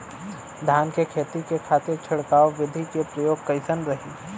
धान के खेती के खातीर छिड़काव विधी के प्रयोग कइसन रही?